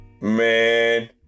man